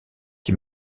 qui